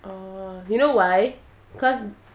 orh you know why cause